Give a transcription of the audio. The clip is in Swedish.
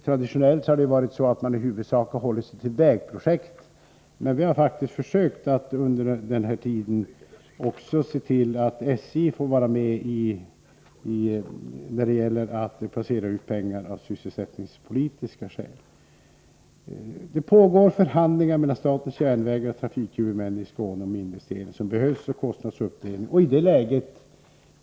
Traditionellt har man huvudsakligen hållit sig till vägprojekt, men vi har faktiskt när det gällt att placera ut pengar av sysselsättningspolitiska skäl försökt se till att också SJ fått vara med. Det pågår förhandlingar mellan statens järnvägar och trafikhuvudmännen i Skåne om kostnadsuppdelningen av de investeringar som behövs.